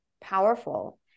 powerful